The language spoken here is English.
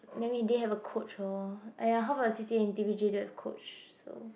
then we didn't have a coach orh !aiya! half the C_C_A in T_P_J don't have coach so